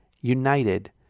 united